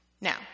Now